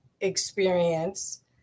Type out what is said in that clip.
experience